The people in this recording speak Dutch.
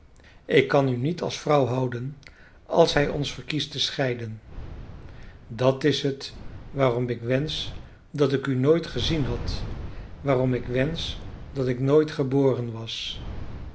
ik kan u niet tot vrouw houden als hij ons verkiest te scheiden dat is het waarom ik wensch dat ik u nooit gezien had waarom ik wensch dat ik nooit geboren was